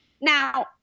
Now